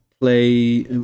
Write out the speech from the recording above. play